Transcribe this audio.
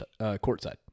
courtside